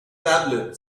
tablet